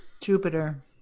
Jupiter